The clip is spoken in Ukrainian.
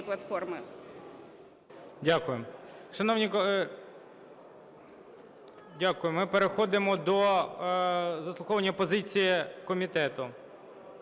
Дякую. Ми переходимо до заслуховування позиції комітету.